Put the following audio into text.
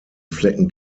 flecken